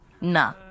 Nah